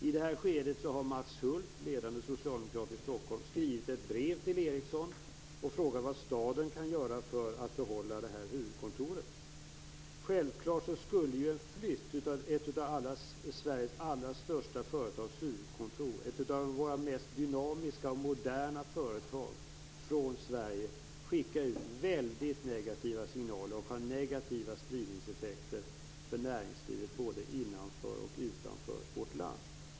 I det här skedet har Mats Hulth, ledande socialdemokrat i Stockholm, skrivit ett brev till Ericsson och frågat vad staden kan göra för att behålla huvudkontoret här. Självfallet skulle en flytt av ett av Sveriges allra största företags huvudkontor, ett av våra mest dynamiska och moderna företag, från Sverige skicka ut väldigt negativa signaler och ha negativa spridningseffekter för näringslivet, både innanför och utanför vårt land.